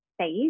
space